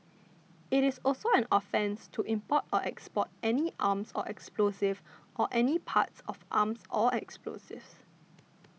it is also an offence to import or export any arms or explosives or any parts of arms or explosives